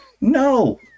No